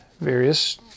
various